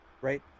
right